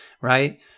right